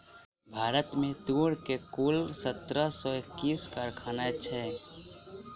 भारत में तूर के कुल सत्रह सौ एक्कैस कारखाना छै